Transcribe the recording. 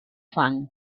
fang